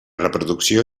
reproducció